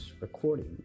recording